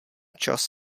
čas